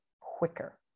quicker